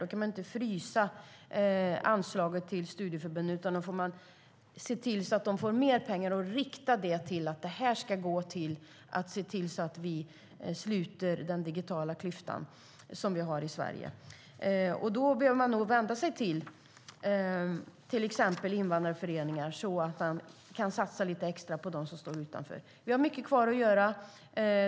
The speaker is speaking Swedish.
Då kan man inte frysa anslagen till studieförbunden, utan då får man se till att de får mer pengar som är riktade till att sluta den digitala klyfta som vi har i Sverige. Då behöver man nog vända sig till exempel till invandrarföreningar så att man kan satsa lite extra på dem som står utanför. Vi har mycket kvar att göra.